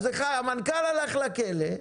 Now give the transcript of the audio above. אז המנכ"ל הלך לכלא,